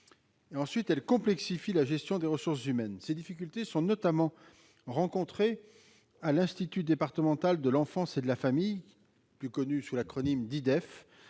Ensuite, elle complexifie la gestion des ressources humaines. Ces difficultés sont notamment rencontrées par l'Institut départemental de l'enfance et de la famille, l'IDEF, un service de